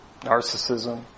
narcissism